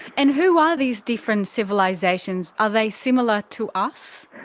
and who are these different civilizations? are they similar to us?